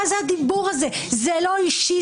מה זה הדיבור הזה זה לא אישי,